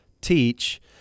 teach